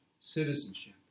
citizenship